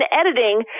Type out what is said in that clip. editing